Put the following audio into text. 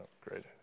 great